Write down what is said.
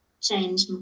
change